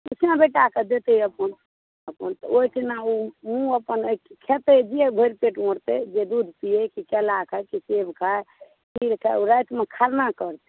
किछु नहि अपना बेटाके देतै अपन ओहिठुना ओ अपन खेतै जे भरि पेट हेतै जे दुध पियै कि केला खाय कि खीर खाय खीर ओ रातिमे खरना कऽ लेत